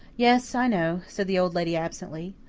yes, i know, said the old lady absently.